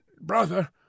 brother